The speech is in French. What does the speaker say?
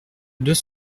deux